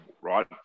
right